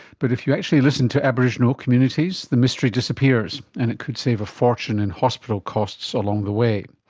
but if you actually listen to aboriginal communities, the mystery disappears, and it could save a fortune in hospital costs along the way.